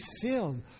filled